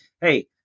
hey